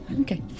Okay